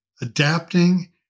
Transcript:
adapting